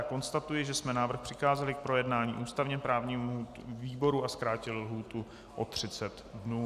Konstatuji, že jsme návrh přikázali k projednání ústavněprávnímu výboru a zkrátili lhůtu o 30 dnů.